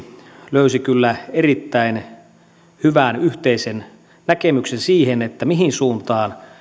löysi kyllä erittäin hyvän yhteisen näkemyksen siihen mihin suuntaan